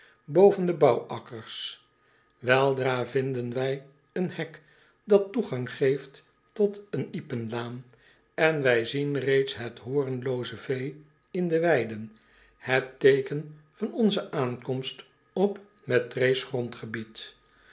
de bouwakkers weldra vinden wij een hek dat toegang geeft tot een iepenlaan en wij zien reeds het hoornlooze vee in de weiden het teeken van onze aankomst op mettrays grondgebied